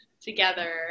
together